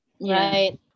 Right